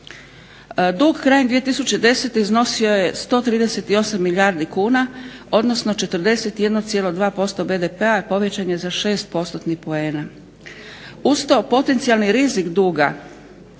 Dug krajem 2010. iznosio je 138 milijardi kuna odnosno 41,2% BDP-a povećan je za 6%-ni poena. Uz to potencijalni rizik duga